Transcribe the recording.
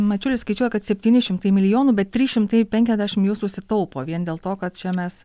mačiulis skaičiuoja kad septyni šimtai milijonų bet trys šimtai penkiasdešim jų susitaupo vien dėl to kad čia mes